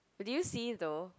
did you see though